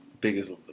biggest